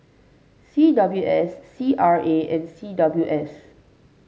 C W S C R A and C W S